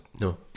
No